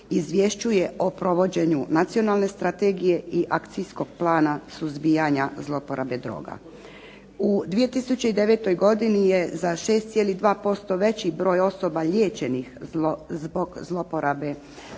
izvješćuje o provođenju nacionalne strategije i Akcijskog plana suzbijana zloporaba droga. U 2009. godini je za 6,2% veći broj osoba liječenih zbog zloporabe